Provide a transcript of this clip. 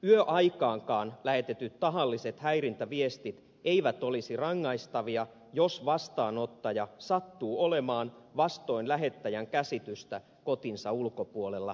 yöaikaankaan lähetetyt tahalliset häirintäviestit eivät olisi rangaistavia jos vastaanottaja sattuu olemaan vastoin lähettäjän käsitystä kotinsa ulkopuolella